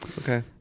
okay